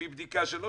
לפי בדיקה שלו,